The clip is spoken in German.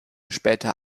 später